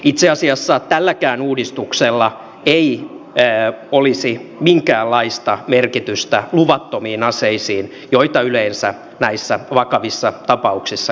itse asiassa tälläkään uudistuksella ei olisi minkäänlaista merkitystä luvattomiin aseisiin joita yleensä näissä vakavissa tapauksissa käytetään